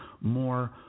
more